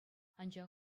анчах